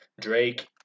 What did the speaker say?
Drake